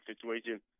situation